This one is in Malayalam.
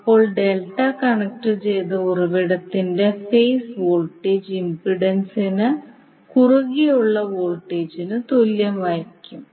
അപ്പോൾ ഡെൽറ്റ കണക്റ്റുചെയ്ത ഉറവിടത്തിന്റെ ഫേസ് വോൾട്ടേജ് ഇംപെഡൻസിനു കുറുകെയുള്ള വോൾട്ടേജിന് തുല്യമായിരിക്കും